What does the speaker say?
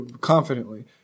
confidently